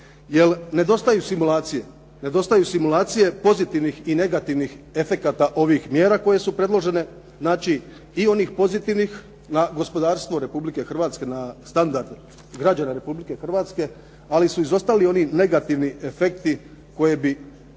Nedostaju simulacije pozitivnih i negativnih efekata ovih mjera koje su predložene, znači i onih pozitivnih na gospodarstvo Republike Hrvatske, na standard građana Republike Hrvatske, ali su izostali oni negativni efekti koje bi usvajanje